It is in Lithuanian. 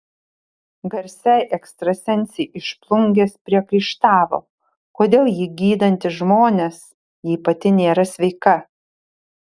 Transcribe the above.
garsiai ekstrasensei iš plungės priekaištavo kodėl ji gydanti žmonės jei pati nėra sveika